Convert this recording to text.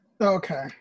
Okay